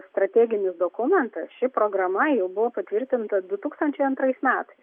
strateginį dokumentą ši programa jau buvo patvirtinta du tūkstančiai antrais metais